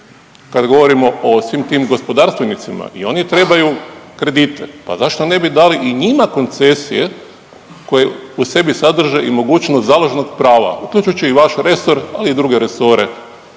Kad govorimo o svim tim gospodarstvenicima i oni trebaju kredite, pa zašto ne bi dali i njima koncesije koje u sebi sadrže i mogućnost založnog prava uključujući i vaš resor, ali i druge resore